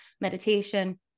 meditation